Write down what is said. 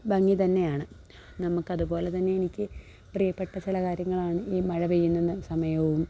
ഭംഗി തന്നെയാണ് നമുക്കതുപോലെ തന്നെ എനിക്ക് പ്രിയപ്പെട്ട ചില കാര്യങ്ങളാണ് ഈ മഴപെയ്യുന്നത് സമയവും